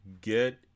get